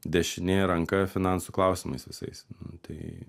dešinė ranka finansų klausimais visais tai